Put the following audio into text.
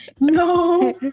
No